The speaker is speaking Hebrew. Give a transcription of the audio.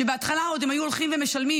שבהתחלה הם עוד היו הולכים ומשלמים,